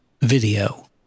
video